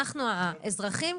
אנחנו האזרחים,